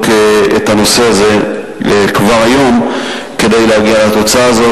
את הנושא הזה כבר היום כדי להגיע לתוצאה הזאת.